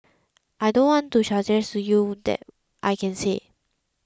I don't want to suggest to you that I can say